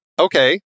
okay